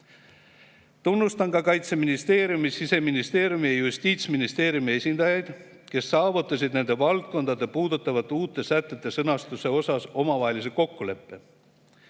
Tunnustan ka Kaitseministeeriumi, Siseministeeriumi ja Justiitsministeeriumi esindajaid, kes saavutasid nende valdkondi puudutavate uute sätete sõnastuses omavahelise kokkuleppe.